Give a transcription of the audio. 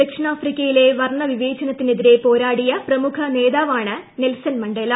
ദക്ഷിണാഫ്രിക്കയിലെ വർണ്ണ ഇന്ന് വിവേചനത്തിനെതിരെ പോരാടിയ പ്രമുഖ നേതാവാണ് നെൽസൺ മണ്ടേല